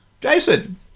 Jason